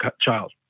child